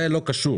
זה לא קשור.